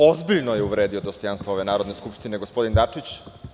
Ozbiljno je uvredio dostojanstvo Narodne skupštine gospodin Dačić.